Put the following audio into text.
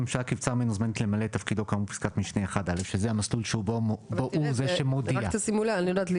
ראש הממשלה אם הודיע לו על כך ראש הממשלה בהודעה נפרדת.